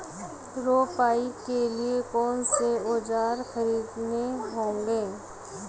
रोपाई के लिए कौन से औज़ार खरीदने होंगे?